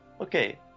Okay